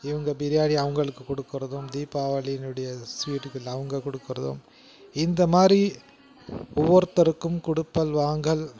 இவங்க பிரியாணி அவங்களுக்கு கொடுக்குறதும் தீபாவளினுடைய ஸ்வீட்டுகள் அவங்க கொடுக்குறதும் இந்தமாதிரி ஒவ்வொருத்தருக்கும் கொடுக்கல் வாங்கல்